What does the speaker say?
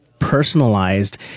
personalized